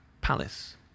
Palace